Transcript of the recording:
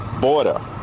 border